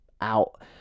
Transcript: out